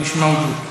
מיש מאוג'וד,